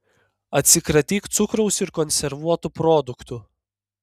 atsikratyk cukraus ir konservuotų produktų